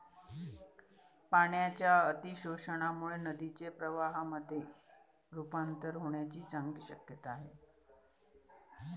पाण्याच्या अतिशोषणामुळे नदीचे प्रवाहामध्ये रुपांतर होण्याची चांगली शक्यता आहे